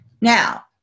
Now